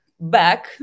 back